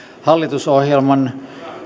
hallitusohjelman